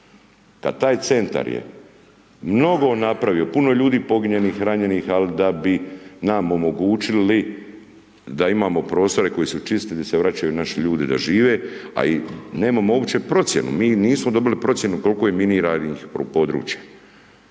Kad taj Centar je mnogo napravio, puno ljudi poginulih, ranjenih, al da bi nam omogućili da imamo prostore koji su čisti, gdje se vraćaju naši ljudi da žive, a i nemamo uopće procjenu, mi nismo dobili procjenu koliko je miniranih područja.